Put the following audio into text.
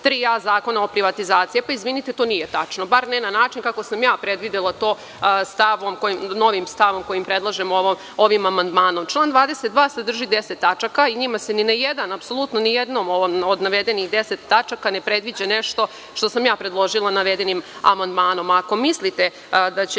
Zakona o privatizaciji. Izvinite, to nije tačno, bar ne na način kako sam ja predvidela to novim stavom koji predlažem ovim amandmanom. Član 22. sadrži 10 tačaka i njima se, apsolutno nijednom od navedenih 10 tačaka ne predviđa nešto što sam ja predložila navedenim amandmanom. Ako mislite da će